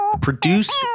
Produced